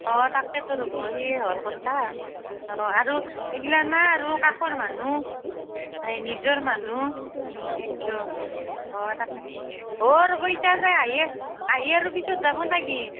অ তাকেতো ৰ'ব সেই হ'ল কথা অ আৰু এগিলা না আৰু কাষৰ মানুহ সেই নিজৰ মানুহ সেইটো অ তাকে অ ৰ'ব এতিয়া যে আহি আহি আৰু পিছত যাব নেকি